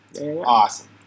Awesome